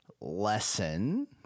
lesson